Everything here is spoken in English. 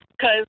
Cause